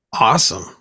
awesome